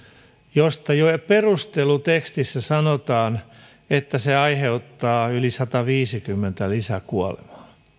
josta jo perustelutekstissä sanotaan että se aiheuttaa yli sataviisikymmentä lisäkuolemaa